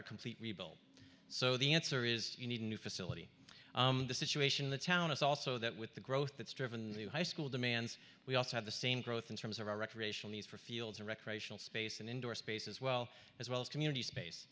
a complete rebuild so the answer is you need a new facility the situation in the town is also that with the growth that's driven the high school demands we also have the same growth in terms of our recreational needs for fields or recreational space and indoor space as well as well as community space